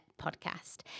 Podcast